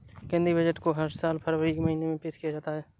केंद्रीय बजट को हर साल फरवरी महीने में पेश किया जाता है